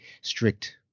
strict